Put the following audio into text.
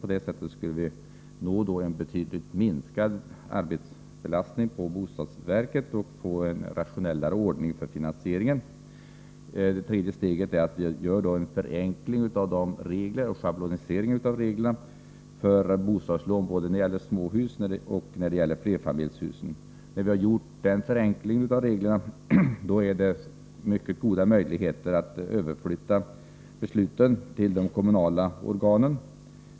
På det sättet skulle man få en betydligt minskad arbetsbelastning på bostadsverket och en rationellare ordning i fråga om finansieringen. Som ett tredje steg vill vi göra en förenkling genom en schablonisering av reglerna för bostadslån både när det gäller småhus och när det gäller flerfamiljshus. Efter en sådan förenkling finns det mycket goda möjligheter att överflytta besluten till de kommunala organen.